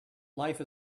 life